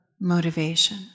motivation